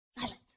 Silence